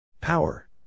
Power